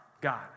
God